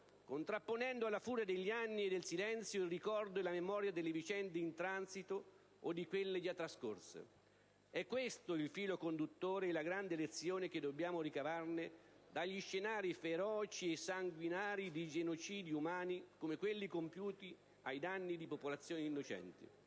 contrapponendo alla furia degli anni e del silenzio il ricordo e la memoria delle vicende in transito o di quelle già trascorse: è questo il filo conduttore e la grande lezione che dobbiamo ricavare dagli scenari feroci e sanguinari di genocidi come quelli compiuti ai danni di popolazioni innocenti.